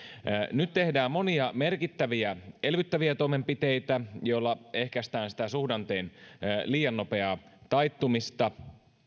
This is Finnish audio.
nyt tehdään monia merkittäviä elvyttäviä toimenpiteitä joilla ehkäistään sitä suhdanteen liian nopeaa taittumista